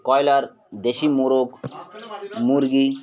কব্রয়লার দেশি মোরগ মুরগি